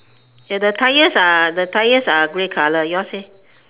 ya the tires are the tires are grey colour yours leh